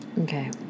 Okay